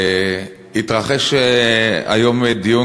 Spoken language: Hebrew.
התרחש היום דיון,